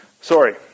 Sorry